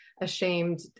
ashamed